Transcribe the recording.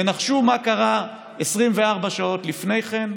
ונחשו מה קרה 24 שעות לפני כן?